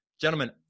Gentlemen